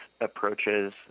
approaches